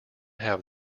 have